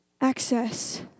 access